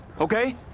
okay